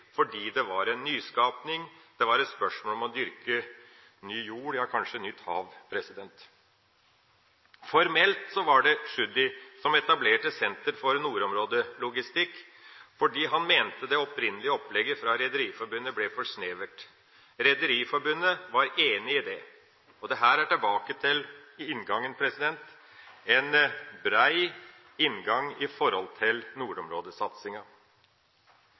fordi det var en nyskapning – det var et spørsmål om å dyrke ny jord, ja, kanskje nytt hav. Formelt var det Tschudi som etablerte Senter for nordområdelogistikk fordi han mente det opprinnelige opplegget fra Rederiforbundet ble for snevert. Rederiforbundet var enig i det. Og dette er tilbake til inngangen, en bred inngang i forhold til nordområdesatsinga.